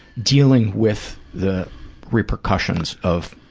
dealing with the repercussions of